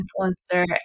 influencer